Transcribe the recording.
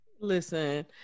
Listen